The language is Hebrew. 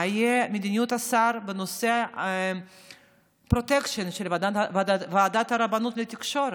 מה תהיה מדיניות השר בנושא הפרוטקשן של ועדת הרבנים לתקשורת?